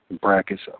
brackets